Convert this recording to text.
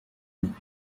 ntacyo